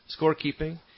scorekeeping